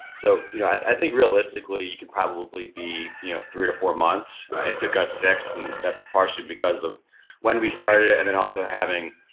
so you know i think realistically you can probably be you know three or four months, it took us six and that's partially because of when we started and then also having